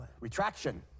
Retraction